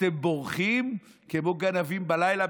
אתם בורחים כמו גנבים בלילה,